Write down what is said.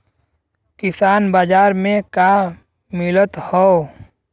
किसान बाजार मे का मिलत हव?